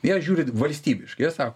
jie žiūri valstybiškai jie sako